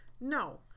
No